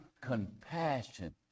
compassion